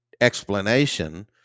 explanation